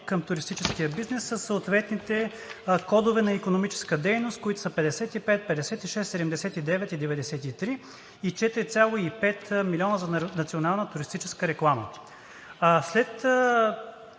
към туристическия бизнес със съответните кодове на икономическа дейност, които са 55, 56, 79 и 93 и 4,5 милиона за национална туристическа реклама. След